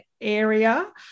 area